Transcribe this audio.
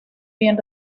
bien